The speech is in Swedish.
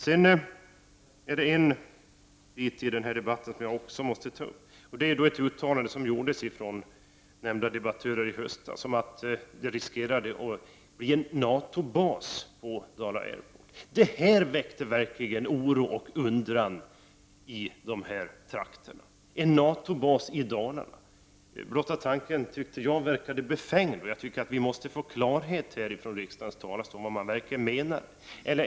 Jag måste även i denna debatt ta upp en annan fråga, nämligen ett uttalande som gjordes av nämnda debattörer i höstas om att det fanns risk för att det skulle komma att bli en NATO-bas på Dala Airport. Detta väckte verkligen oro och undran i dessa trakter. En NATO-bas i Dalarna! Blotta tanken förefaller mig befängd, och jag tycker att vi måste få klarhet från kammarens talarstol om vad som egentligen menades.